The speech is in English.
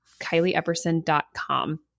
KylieEpperson.com